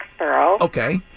Okay